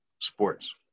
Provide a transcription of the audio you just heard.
sports